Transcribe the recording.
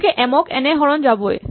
গতিকে এম ক এন এ হৰণ যাবই